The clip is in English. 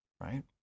right